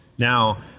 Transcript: Now